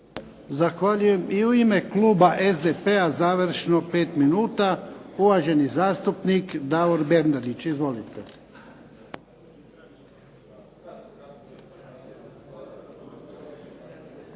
Zahvaljujem. I u ime kluba SDP-a, završno pet minuta, uvaženi zastupnik Davor Bernardić. Izvolite.